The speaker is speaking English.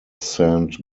saint